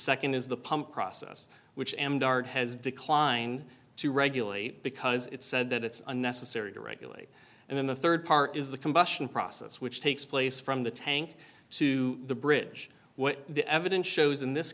second is the pump process which i am dard has declined to regularly because it said that it's unnecessary to regulate and then the third part is the combustion process which takes place from the tank to the bridge where the evidence shows in this